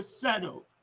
settled